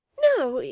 no,